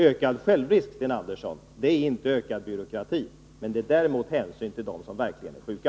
Ökad självrisk, Sten Andersson, är inte ökad byråkrati — men däremot hänsyn till dem som verkligen är sjuka.